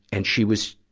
and she was,